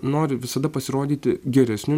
nori visada pasirodyti geresniu